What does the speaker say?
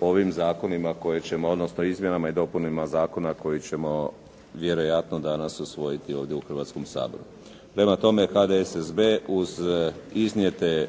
ovim zakonima koje ćemo, odnosno izmjenama i dopunama zakona koji ćemo vjerojatno danas usvojiti ovdje u Hrvatskom saboru. Prema tome, HDSSB uz iznijete